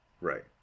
Right